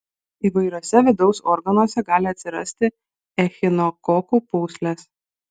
įvairiuose vidaus organuose gali atsirasti echinokokų pūslės